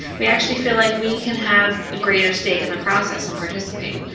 we actually feel like we can have a greater stake in the process and participate.